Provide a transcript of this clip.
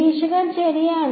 നിരീക്ഷകൻ ശരിയാണ്